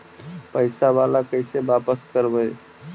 पैसा बाला कैसे बापस करबय?